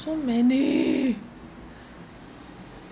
so many